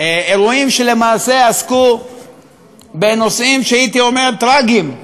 אירועים שעסקו בנושאים שהייתי אומר טרגיים,